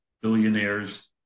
billionaires